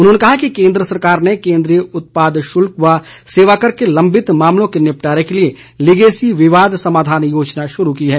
उन्होंने कहा कि केंद्र सरकार ने केंद्रीय उत्पाद शुल्क व सेवाकर के लंबित मामलों के निपटारे के लिए लीगेसी विवाद समाधान योजना शुरू की है